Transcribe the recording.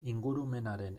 ingurumenaren